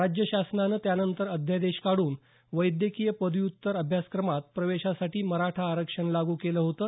राज्यशासनानं त्यानंतर अध्यादेश काढून वैद्यकीय पदव्युत्तर अभ्यासक्रमात प्रवेशासाठी मराठा आरक्षण लागू केलं होतं